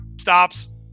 Stops